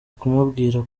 kumubwira